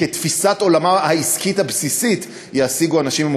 וכתפיסת עולמם העסקית הבסיסית יעסיקו אנשים עם